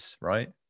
right